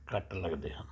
ਘੱਟ ਲਗਦੇ ਹਨ